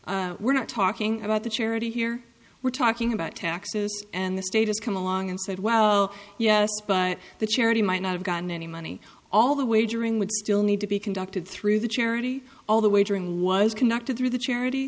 because we're not talking about the charity here we're talking about taxes and the status come along and said well yes but the charity might not have gotten any money all the wagering would still need to be conducted through the charity all the wagering was conducted through the charit